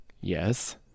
Yes